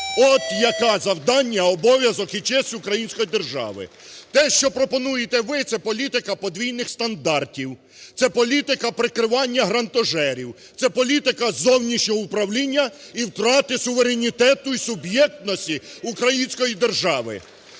От, яке завдання, обов'язок і честь української держави. Те, що пропонуєте ви, – це політика подвійних стандартів, це політика прикривання грантожерів, це політика зовнішнього управління і втрати суверенітету і суб'єктності української держави.